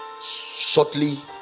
shortly